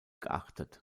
geachtet